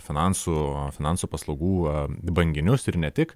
finansų finansų paslaugų banginius ir ne tik